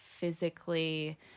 physically